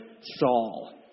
Saul